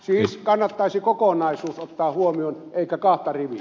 siis kannattaisi kokonaisuus ottaa huomioon eikä kahta riviä